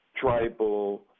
tribal